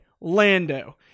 Lando